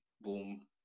Boom